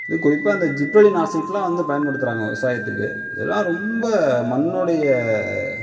அதுவும் குறிப்பாக அந்த ஜிப்பளிநாசிட் எல்லாம் வந்து பயன்படுத்துறாங்க விவசாயத்துக்கு அதல்லாம் ரொம்ப மண்ணுடைய